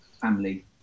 family